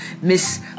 Miss